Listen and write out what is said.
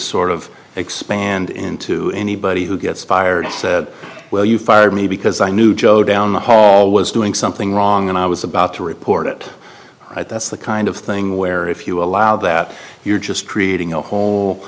sort of expand into anybody who gets fired said well you fired me because i knew joe down the hall was doing something wrong and i was about to report it the kind of thing where if you allow that you're just creating a whole